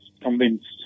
convinced